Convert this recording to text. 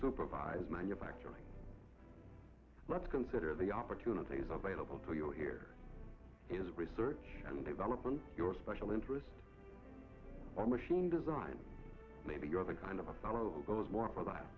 supervise manufacturing let's consider the opportunities available to you here is research and development your special interest or machine design maybe you're the kind of a follow more for that